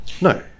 No